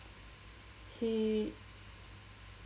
he